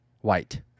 white